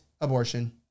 Abortion